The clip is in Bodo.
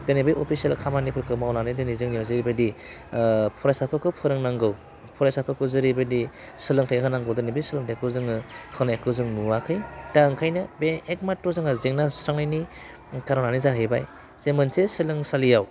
दिनै बे अफिसियेल खामानिफोरखौ मावनानै दिनै जोंनियाव जेरैबायदि फरायसाफोरखौ फोरोंनांगौ फरायसाफोरखौ जेरैबायदि सोलोंथाइ होनांगौ दिनै बै सोलोंथाइखौ जोङो होनायखौ जोङो नुवाखै दा ओंखायनो बे एकमाथ्र जोङो जेंना सुस्रांनायनि कारनानो जाहैबाय जि मोनसे सोलोंसालियाव